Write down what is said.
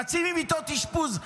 חצי ממיטות האשפוז.